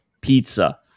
pizza